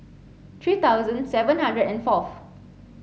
three thousand seven hundred and fourth